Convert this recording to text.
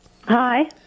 Hi